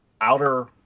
Outer